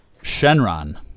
Shenron